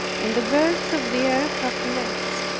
and the birds of the air have nests,